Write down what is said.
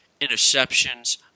interceptions